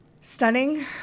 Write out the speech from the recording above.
Stunning